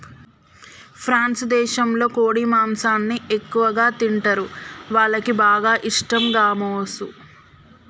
France దేశంలో కోడి మాంసాన్ని ఎక్కువగా తింటరు, వాళ్లకి బాగా ఇష్టం గామోసు